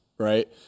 Right